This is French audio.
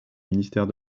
ministère